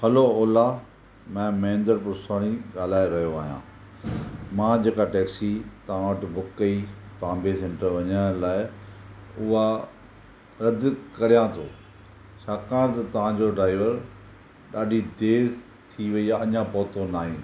hello Ola मां महेंदर पुष्पाणी ॻाल्हाए रहियो आहियां मां जेका टैक्सी तव्हां वटि बुक कई बॉम्बे सैंट्रल वञण लाइ उहा रद कयां थो छाकाणि त तव्हांजो ड्राइवर ॾाढी देरि थी वई आहे अञा पहुतो न आहे